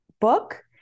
Book